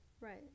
right